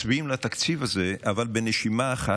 מצביעים לתקציב הזה, אבל בנשימה אחת,